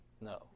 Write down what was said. No